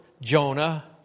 Jonah